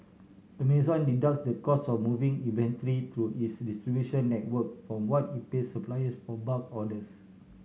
Amazon deducts the cost of moving inventory through its distribution network from what it pays suppliers for bulk orders